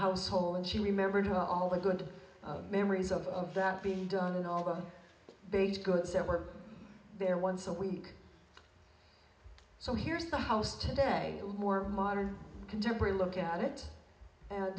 household and she remembered all the good memories of that being done and all the goods that were there once a week so here's the house today more modern contemporary look at it